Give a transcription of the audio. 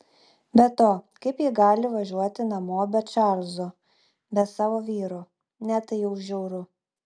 be to kaip ji gali važiuoti namo be čarlzo be savo vyro ne tai jau žiauru